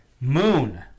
Moon